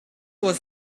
was